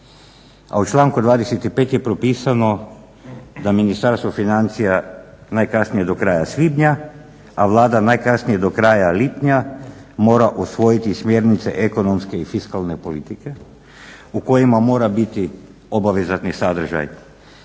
A u članku 25. je propisano da Ministarstvo financija najkasnije do kraja svibnja, a Vlada najkasnije do kraja lipnja mora usvojiti Smjernice ekonomske i fiskalne politike u kojima mora biti obavezatni sadržaj